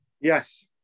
Yes